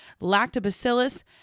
lactobacillus